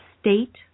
state